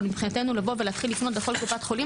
אבל מבחינתנו לבוא ולהתחיל לפנות לכל קופת חולים,